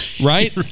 right